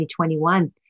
2021